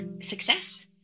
success